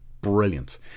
brilliant